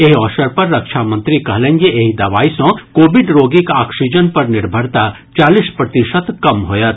एहि अवसर पर रक्षा मंत्री कहलनि जे एहि दवाई सँ कोविड रोगीक ऑक्सीजन पर निर्भरता चालीस प्रतिशत कम होयत